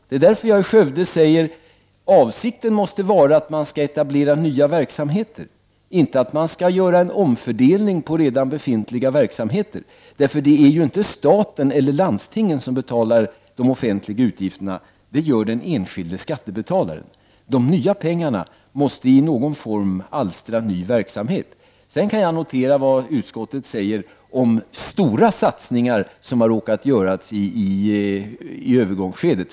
Det är därför jag i Skövde sade att avsikten måste vara att etablera nya verksamheter, inte att man skall göra en omfördelning på redan befintliga verksamheter. Det är ju inte staten eller landstingen som betalar de offentliga utgifterna, det gör den enskilde skattebetalaren. De nya pengarna måste i någon form alstra ny verksamhet. Sedan kan jag notera vad utskottet säger om stora satsningar som har råkat göras i övergångsskedet.